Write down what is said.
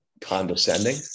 condescending